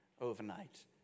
overnight